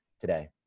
today